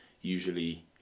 usually